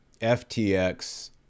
FTX